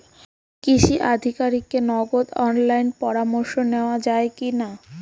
কৃষি আধিকারিকের নগদ অনলাইন পরামর্শ নেওয়া যায় কি না?